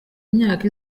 imyaka